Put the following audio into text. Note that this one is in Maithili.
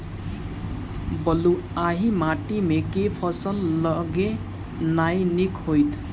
बलुआही माटि मे केँ फसल लगेनाइ नीक होइत?